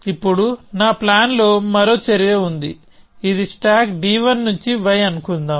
ఇప్పుడు నా ప్లాన్ లో మరో చర్య ఉంది ఇది స్టాక్ d1 నుంచి y అని అనుకుందాం